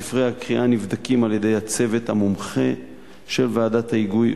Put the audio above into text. ספרי הקריאה נבדקים על-ידי הצוות המומחה של ועדת ההיגוי,